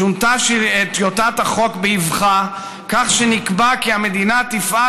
שונתה טיוטת החוק באבחה כך שנקבע כי המדינה תפעל